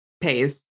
pays